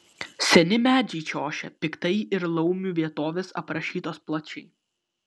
seni medžiai čia ošia piktai ir laumių vietovės aprašytos plačiai